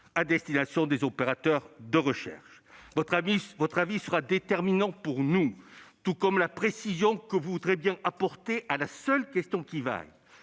à destination des opérateurs de recherche. Votre avis sera déterminant pour nous, tout comme la précision que vous nous apporterez à la seule question qui vaille